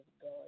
God